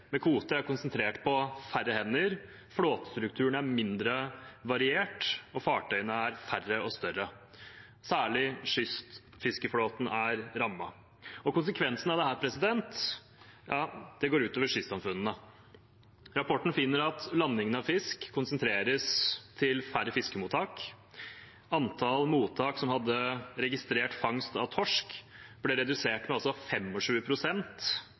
med kvote er konsentrert på færre hender, flåtestrukturen er mindre variert, og fartøyene er færre og større. Særlig kystfiskeflåten er rammet. Konsekvensen av det er at det går ut over kystsamfunnene. Rapporten finner at landing av fisk konsentreres til færre fiskemottak, antall mottak som hadde registrert fangst av torsk, ble redusert med